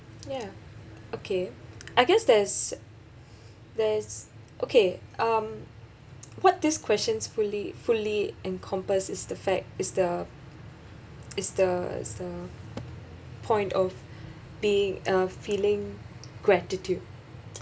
ya okay I guess there's there's okay um what this questions fully fully encompass is the fact is the is the is the point of being uh feeling gratitude